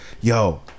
Yo